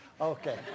Okay